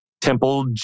temple